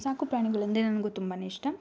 ಸಾಕು ಪ್ರಾಣಿಗಳಂದರೆ ನನಗೂ ತುಂಬಾ ಇಷ್ಟ